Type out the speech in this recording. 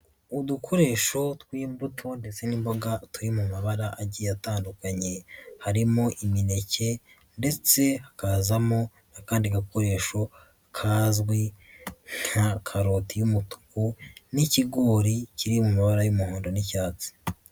Udukoresho tw'imbuto ndetse n'imboga turi mu mabara agiye atandukanye, harimo imineke ndetse hakazamo n'akandi gakoresho kazwi nka karoti y'umutuku n'ikigori kiri mu mabara y'umuhondo n'icyatsi.